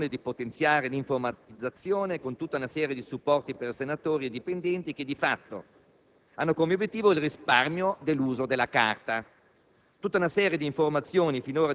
così come trovo opportuna la decisione di potenziare l'informatizzazione con tutta una serie di supporti per i senatori e i dipendenti che, di fatto, hanno come obiettivo il risparmio dell'uso della carta.